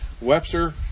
webster